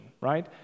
Right